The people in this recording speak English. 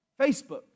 Facebook